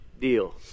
deal